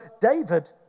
David